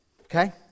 Okay